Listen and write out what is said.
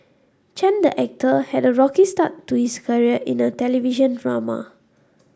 Chen the actor had a rocky start to his career in the television drama